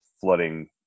flooding